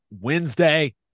Wednesday